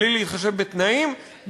בלי להתחשב בתנאים,